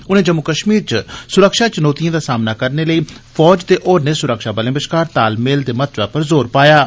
उनें जम्मू कश्मीर च सुरक्षा चुनौतिएं दा सामना करने लेई फौज ते होरनें सुरक्षाबलें बश्कार तालमेल दे महत्व पर जोर पाया ऐ